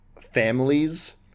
families